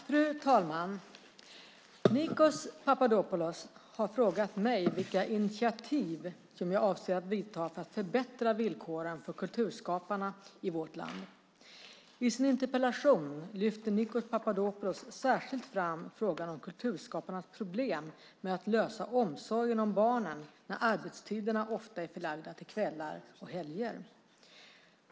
Fru talman! Nikos Papadopoulos har frågat mig vilka initiativ jag avser att vidta för att förbättra villkoren för kulturskaparna i vårt land. I sin interpellation lyfter Nikos Papadopoulos särskilt fram frågan om kulturskaparnas problem med att lösa omsorgen om barnen då arbetstiderna ofta är förlagda till kvällar och helger.